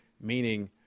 Meaning